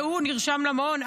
כשהוא נרשם למעון,